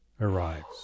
arrives